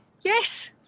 Yes